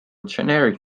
generic